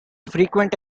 frequent